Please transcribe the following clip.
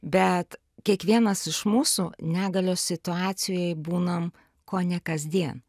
bet kiekvienas iš mūsų negalios situacijoj būnam kone kasdien